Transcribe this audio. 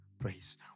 praise